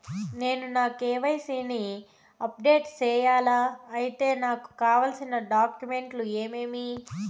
నేను నా కె.వై.సి ని అప్డేట్ సేయాలా? అయితే దానికి కావాల్సిన డాక్యుమెంట్లు ఏమేమీ?